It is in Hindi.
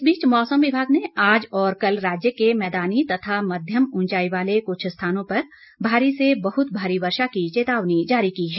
इस बीच मौसम विभाग ने आज और कल राज्य के मैदानी तथा मध्यम उंचाई वाले कुछ स्थानों पर भारी से बहुत भारी वर्षा की चेतावनी जारी की है